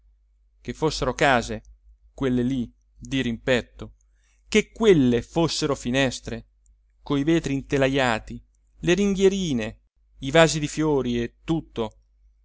che fossero case quelle lì dirimpetto che quelle fossero finestre coi vetri intelajati le ringhierine i vasi di fiori e tutto